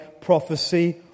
prophecy